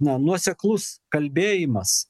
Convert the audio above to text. na nuoseklus kalbėjimas